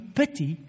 pity